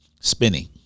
spinning